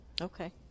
okay